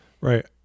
Right